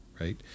right